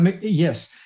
Yes